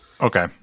Okay